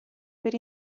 per